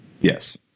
Yes